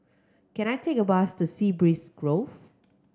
can I take a bus to Sea Breeze Grove